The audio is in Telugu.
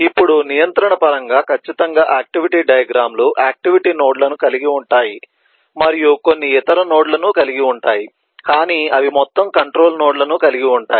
ఇప్పుడు నియంత్రణ పరంగా ఖచ్చితంగా ఆక్టివిటీ డయాగ్రమ్ లు ఆక్టివిటీ నోడ్లను కలిగి ఉంటాయి మరియు కొన్ని ఇతర నోడ్లను కలిగి ఉంటాయి కాని అవి మొత్తం కంట్రొల్ నోడ్లను కలిగి ఉంటాయి